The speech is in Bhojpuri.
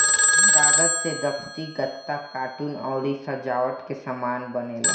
कागज से दफ्ती, गत्ता, कार्टून अउरी सजावट के सामान बनेला